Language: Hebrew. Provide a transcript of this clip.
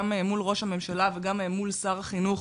גם מול ראש הממשלה וגם מול שר החינוך,